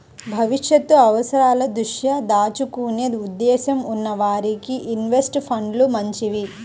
భవిష్యత్తు అవసరాల దృష్ట్యా దాచుకునే ఉద్దేశ్యం ఉన్న వారికి ఇన్వెస్ట్ ఫండ్లు మంచివి